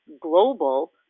global